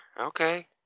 okay